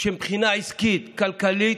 שמבחינה עסקית כלכלית,